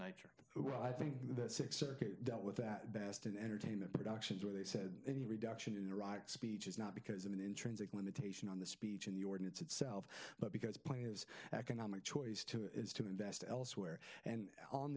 or i think the six dealt with that best in entertainment productions where they said any reduction in iraq speech is not because of an intrinsic limitation on the speech and the ordinance itself but because play is economic choice to is to invest elsewhere and on